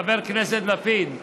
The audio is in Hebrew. חבר הכנסת לפיד,